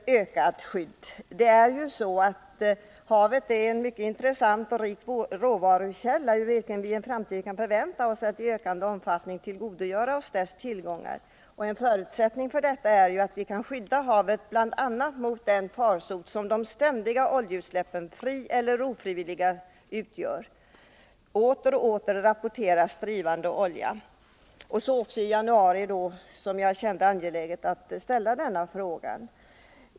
Rapportering bör även ske vid resa inom de nordiska länderna, öster om linjen Hanstholm-Lindesnäs. Havet är en intressant och rik råvarukälla, och vi kan i en framtid förvänta oss att i ökande omfattning tillgodogöra oss dess tillgångar. En förutsättning för detta är att vi kan skydda havet bl.a. mot den farsot som de ständiga oljeutsläppen, frieller ofrivilliga, utgör. Åter och åter rapporteras om drivande olja, så även i januari i år, då jag kände det angeläget att ställa denna fråga.